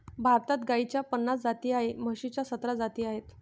भारतात गाईच्या पन्नास जाती आणि म्हशीच्या सतरा जाती आहेत